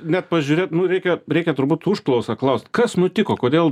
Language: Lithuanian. net pažiūrėt nu reikia reikia turbūt užklausą klaust kas nutiko kodėl